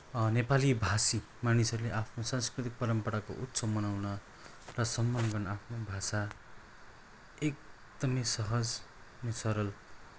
नेपाली भाषी मानिसहरूले आफ्नो संस्कृति परम्पराको उत्सव मनाउन र सम्मान गर्न आफ्नो भाषा एकदमै सहज अनि सरल